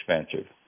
expensive